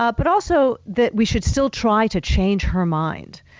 ah but also that we should still try to change her mind.